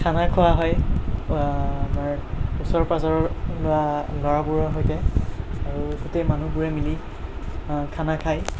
খানা খোৱা হয় আমাৰ ওচৰ পাজৰৰ ল'ৰা ল'ৰাবোৰৰ সৈতে আৰু গোটেই মানুহবোৰে মিলি খানা খায়